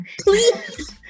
Please